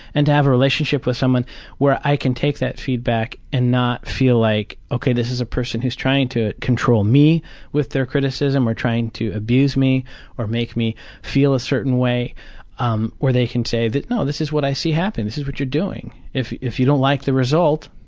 and to have a relationship with someone where i can take that feedback and not feel like, ok, this is a person who's trying to control me with their criticism or trying to abuse me or make me feel a certain way um where they can say, no, this is what i see happens. this is what you're doing. if if you don't like the result,